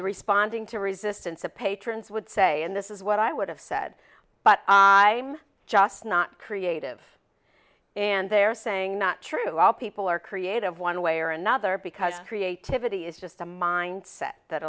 the responding to resistance a patron's would say and this is what i would have said but i am just not creative and they're saying not true all people are creative one way or another because creativity is just a mindset that